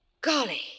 Golly